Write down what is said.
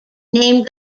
named